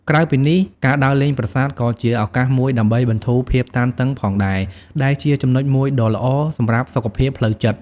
ក្រៅពីនេះ ការដើរលេងប្រាសាទក៏ជាឱកាសមួយដើម្បីបន្ធូរភាពតានតឹងផងដែរ ដែលជាចំណុចមួយដ៏ល្អសម្រាប់សុខភាពផ្លូវចិត្ត។